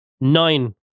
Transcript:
Nine